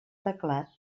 teclat